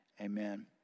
Amen